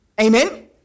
Amen